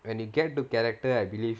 when you get to character I believe